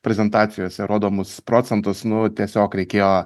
prezentacijose rodomus procentus nu tiesiog reikėjo